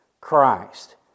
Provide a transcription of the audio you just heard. Christ